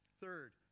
Third